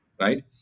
right